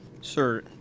Sir